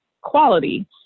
quality